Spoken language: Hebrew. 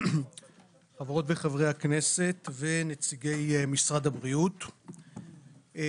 חברות וחברי הכנסת ונציגי משרד הבריאות,